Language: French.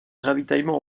ravitaillement